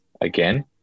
again